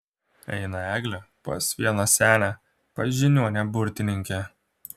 eina eglė pas vieną senę pas žiniuonę burtininkę